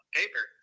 paper